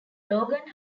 logan